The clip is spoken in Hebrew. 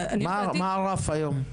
מה הרף היום?